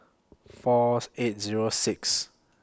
Fourth eight Zero Sixth